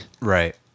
Right